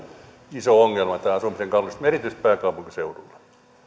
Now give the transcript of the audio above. iso ongelma tämä asuntojen kalleus erityisesti pääkaupunkiseudulla ja